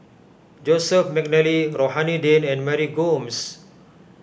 Joseph McNally Rohani Din and Mary Gomes